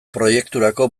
proiekturako